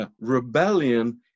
Rebellion